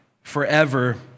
Forever